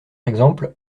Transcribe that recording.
exemple